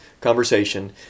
conversation